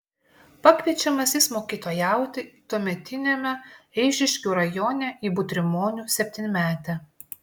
pakviečiamas jis mokytojauti tuometiniame eišiškių rajone į butrimonių septynmetę